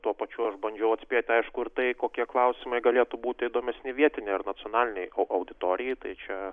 tuo pačiu aš bandžiau atspėti aišku ir tai kokie klausimai galėtų būti įdomesni vietinei ar nacionalinei au auditorijai tai čia